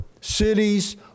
cities